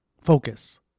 focus